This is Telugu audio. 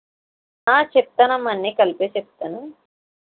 చెప్తానమ్మా అన్నీ కలిపే చెప్తాను